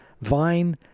vine